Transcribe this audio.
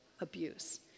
abuse